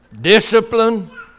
discipline